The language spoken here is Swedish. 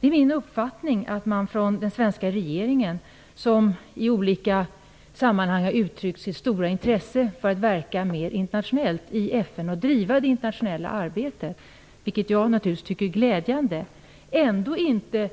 Det är min uppfattning att den svenska regeringen - som i olika sammanhang har uttryckt sitt stora intresse för att verka mer internationellt i FN och driva det internationella arbetet, vilket jag naturligtvis tycker är glädjande - ändå inte